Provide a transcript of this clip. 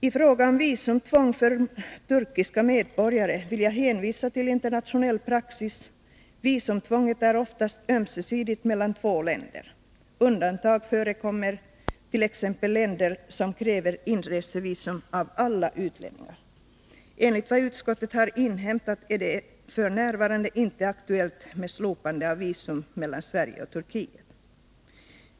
I fråga om visumtvång för turkiska medborgare vill jag hänvisa till internationell praxis. Visumtvånget är oftast ömsesidigt mellan två länder. Undantag förekommer, t.ex. länder som kräver inresevisum av alla utlänningar. Enligt vad utskottet har inhämtat är det f. n. inte aktuellt med slopande av visum mellan Sverige och Turkiet.